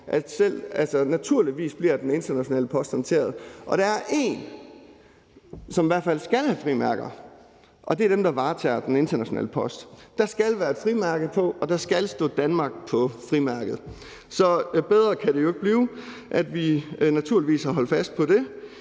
Naturligvis bliver den internationale post håndteret. Og der er nogen, som i hvert fald skal have frimærker, og det er dem, der varetager den internationale post. Der skal være et frimærke på, og der skal stå »Danmark« på frimærket. Bedre kan det jo ikke blive, for vi har naturligvis holdt fast i det,